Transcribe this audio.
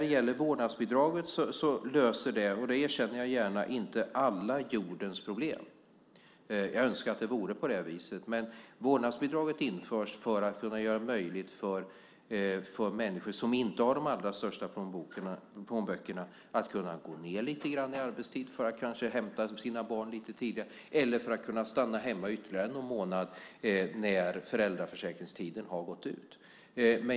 Vårdnadsbidraget löser inte alla jordens problem; det erkänner jag gärna. Jag önskar att det vore på det viset. Men vårdnadsbidraget införs för att kunna göra det möjligt för människor som inte har de allra största plånböckerna att gå ned lite grann i arbetstid för att kanske kunna hämta sina barn lite tidigare eller för att kunna stanna hemma ytterligare någon månad när föräldraförsäkringstiden har gått ut.